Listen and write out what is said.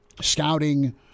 scouting